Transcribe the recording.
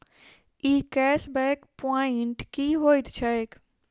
ई cashback point की होइत छैक?